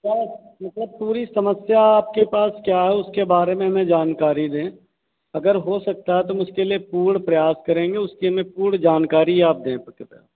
सब मतलब पूरी समस्या आपके पास क्या है उसके बारे में हमें जानकारी दें अगर हो सकता है तो हम उसके लिए पूर्ण प्रयास करेंगे उसकी हमे पूर्ण जानकारी आप दें